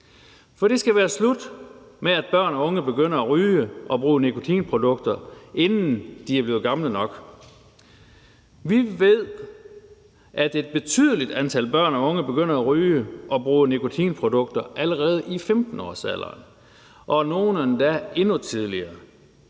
For det skal være slut med, at børn og unge begynder at ryge og bruge nikotinprodukter, inden de blevet gamle nok. Vi ved, at et betydeligt antal børn og unge begynder at ryge og bruge nikotinprodukter allerede i 15-årsalderen og nogle endda endnu tidligere.